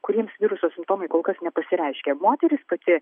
kuriems viruso simptomai kol kas nepasireiškė moteris pati